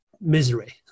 misery